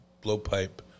blowpipe